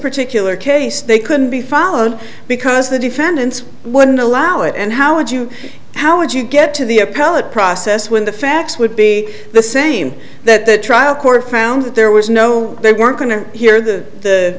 particular case they couldn't be followed because the defendants when the allow it and how would you how would you get to the appellate process when the facts would be the same that the trial court found that there was no they weren't going to hear the